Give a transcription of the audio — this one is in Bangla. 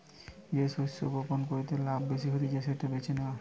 যে শস্য বপণ কইরে লাভ বেশি হতিছে সেটা বেছে নেওয়া